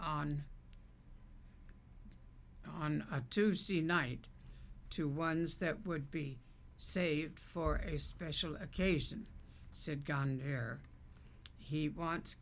on on a tuesday night to ones that would be saved for a special occasion said gone there he wants